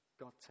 God